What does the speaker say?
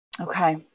Okay